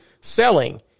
Selling